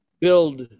build